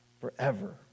forever